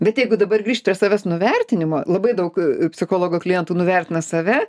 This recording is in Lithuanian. bet jeigu dabar grįžt prie savęs nuvertinimo labai daug psichologo klientų nuvertina save